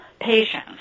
patients